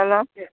hello